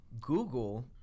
Google